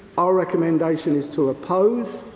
our recommendation is to oppose,